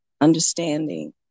understanding